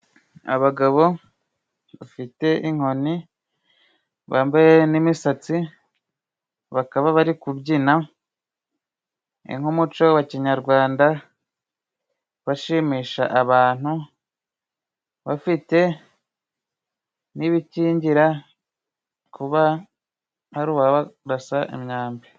Abagabo bafite inkoni bambaye n'imisatsi, bakaba bari kubyina nk'umuco wa Kinyarwanda. Bashimisha abantu bafite n'ibikingira kuba hari uwabarasa imyambi.